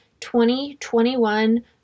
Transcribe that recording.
2021